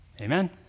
Amen